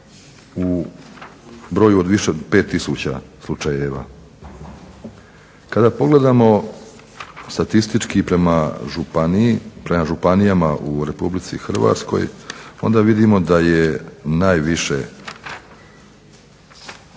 u broju od više od 5000 slučajeva. Kada pogledamo statistički prema županijama u Republici Hrvatskoj onda vidimo da je najviše korišteno